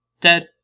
dead